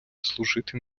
служити